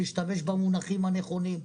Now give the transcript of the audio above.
להשתמש במונחים הנכונים,